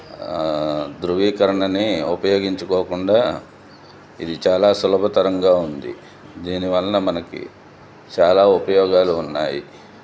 ధృవీకరణని ఉపయోగించుకోకుండా ఇది చాలా సులభతరంగా ఉంది దీని వలన మనకి చాలా ఉపయోగాలు ఉన్నాయి